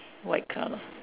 white colour